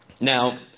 Now